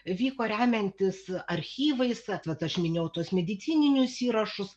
vyko remiantis archyvais at vat aš minėjau tuos medicininius įrašus